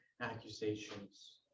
accusations